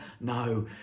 No